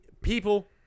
people